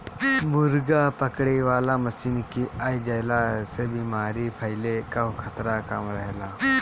मुर्गा पकड़े वाला मशीन के आ जईला से बेमारी फईले कअ खतरा कम रहेला